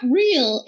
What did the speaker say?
real